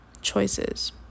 choices